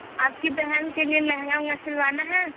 आपकी बहन के लिए लहंगा उँगा सिलवाना है